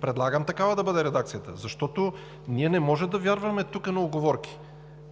Предлагам такава да бъде редакцията, защото ние не можем да вярваме тук на уговорки.